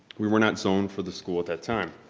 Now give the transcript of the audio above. we were not zoned for the school at that time.